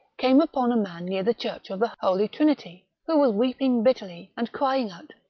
came upon a man near the church of the holy trinity, who was weeping bitterly, and crying out,